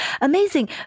Amazing